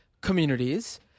communities